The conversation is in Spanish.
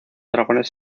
dragones